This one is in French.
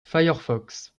firefox